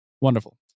Wonderful